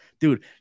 dude